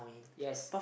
yes